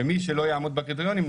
ומי שלא יעמוד בקריטריונים,